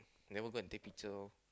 never go and take picture loh